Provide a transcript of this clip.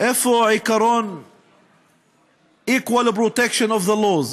איפה העיקרון equal protection of the law?